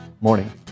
Morning